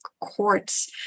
courts